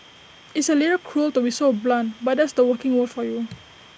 it's A little cruel to be so blunt but that's the working world for you